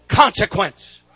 consequence